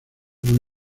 una